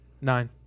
Nine